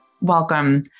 welcome